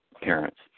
parents